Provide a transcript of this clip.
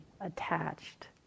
attached